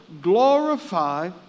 glorify